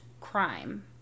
crime